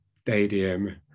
stadium